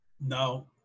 No